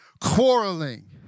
Quarreling